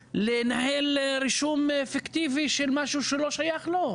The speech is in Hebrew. לנהל רישום פיקטיבי של משהו שלא שייך לו.